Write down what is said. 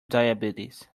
diabetes